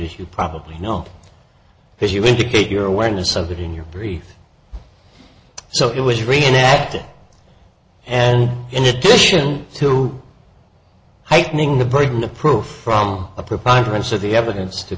you probably know as you indicate your awareness of it in your brief so it was reenacted and in addition to heightening the burden of proof from a preponderance of the evidence to